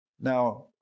Now